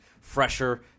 fresher